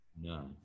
No